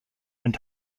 and